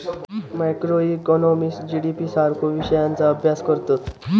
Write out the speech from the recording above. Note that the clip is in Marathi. मॅक्रोइकॉनॉमिस्ट जी.डी.पी सारख्यो विषयांचा अभ्यास करतत